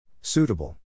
Suitable